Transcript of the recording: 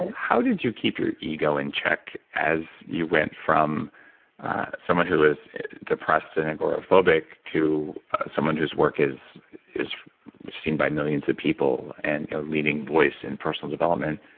how did you keep your ego in check as you went from someone who is depressed and agoraphobic to someone whose work is is seen by millions of people and a leading voice in personal development?